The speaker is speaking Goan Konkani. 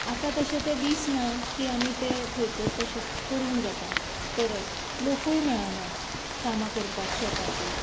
आतां तशे ते दीस ना की आमी ते थंयसर तशें तें करूंक जाता परत लोकूय मेळना कामां करपाक शेताची